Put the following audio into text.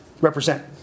represent